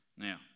Now